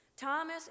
Thomas